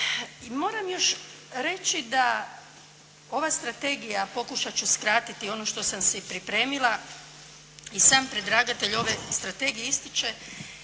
moram još reći da ova strategija, pokušati ću skratiti ono što sam si pripremila i sam predlagatelj ove strategije ističe